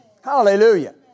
Hallelujah